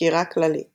סקירה כללית